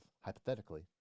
hypothetically